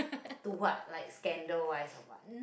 to what like scandal wise or what